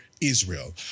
Israel